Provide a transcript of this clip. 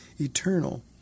eternal